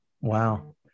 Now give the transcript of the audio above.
Wow